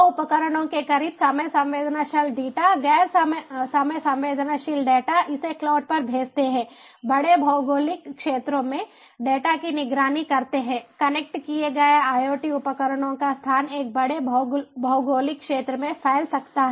तो उपकरणों के करीब समय संवेदनशील डेटा गैर समय संवेदनशील डेटा इसे क्लाउड पर भेजते हैं बड़े भौगोलिक क्षेत्रों में डेटा की निगरानी करते हैं कनेक्ट किए गए IoT उपकरणों का स्थान एक बड़े भौगोलिक क्षेत्र में फैल सकता है